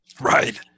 right